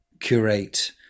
curate